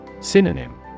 Synonym